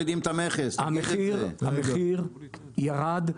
המחיר ירד.